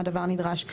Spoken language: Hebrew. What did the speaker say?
אם הדבר נדרש,